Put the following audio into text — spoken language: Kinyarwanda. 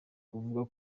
kuvuga